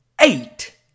Eight